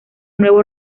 nuevo